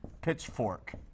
Pitchfork